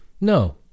no